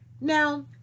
Now